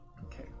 Okay